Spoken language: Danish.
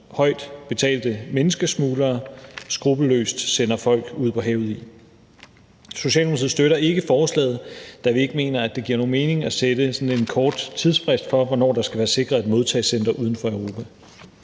højt betalte menneskesmuglere skruppelløst sender folk ud på havet i. Socialdemokratiet støtter ikke forslaget, da vi ikke mener, det giver nogen mening at sætte sådan en kort tidsfrist for, hvornår der skal være sikret et modtagecenter uden for Europa.